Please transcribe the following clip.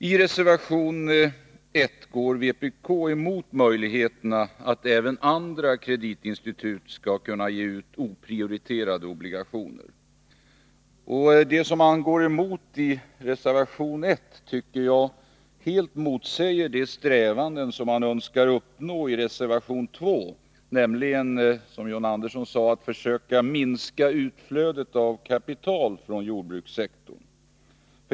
I reservation 1 går vpk emot möjligheterna att även andra kreditinstitut skall kunna ge ut oprioriterade obligationer. Det man går emot i reservation 1 tycker jag helt motsäger den strävan som man önskar upprätthålla i reservation 2, nämligen, som John Andersson sade, att försöka minska utflödet av kapital från jordbrukssektorn.